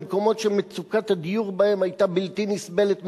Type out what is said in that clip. במקומות שמצוקת הדיור בהם היתה בלתי נסבלת ממש,